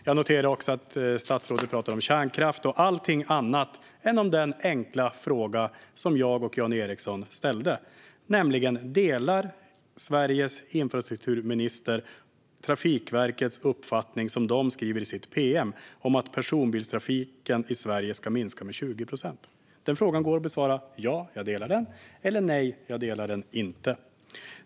Jag noterade också att statsrådet talade om kärnkraft och om allting annat än den enkla fråga som jag och Jan Ericson ställde: Delar Sveriges infrastrukturminister Trafikverkets uppfattning, som de skriver om i sitt pm, att personbilstrafiken i Sverige ska minska med 20 procent? Den frågan går att besvara med "ja, jag delar den" eller med "nej, jag delar den inte".